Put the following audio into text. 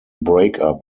breakup